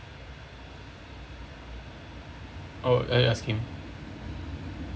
oh are you asking